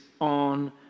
on